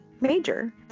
major